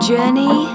Journey